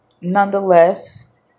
nonetheless